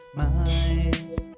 minds